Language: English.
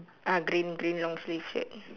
ah green green long sleeves shirt